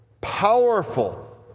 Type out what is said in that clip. powerful